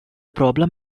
problem